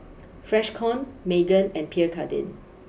Freshkon Megan and Pierre Cardin